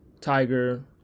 Tiger